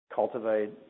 cultivate